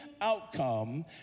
outcome